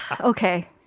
Okay